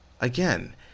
again